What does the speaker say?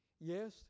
Yes